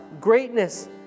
greatness